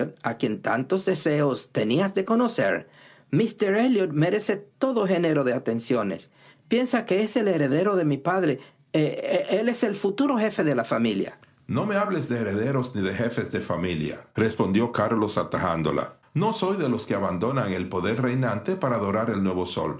a quien tantos deseos tenías de conocer míster elliot merece todo género de atenciones piensa que es el heredero de mi padre el futuro jefe de la familia no me hables de herederos ni de jefes de familiarespondió carlos atajándola no soy de los que abandonan el poder reinante para adorar al nuevo